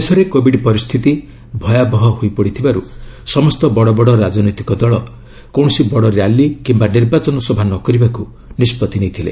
ଦେଶରେ କୋବିଡ୍ ପରିସ୍ଥିତି ଭୟାବହ ହୋଇପଡ଼ିଥିବାରୁ ସମସ୍ତ ବଡ଼ବଡ଼ ରାଜନୈତିକ ଦଳ କୌଣସି ବଡ଼ ର୍ୟାଲି କିମ୍ବା ନିର୍ବାଚନ ସଭା ନ କରିବାକୁ ନିଷ୍ପଭି ନେଇଥିଲେ